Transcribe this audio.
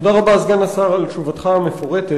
תודה רבה, סגן השר, על תשובתך המפורטת.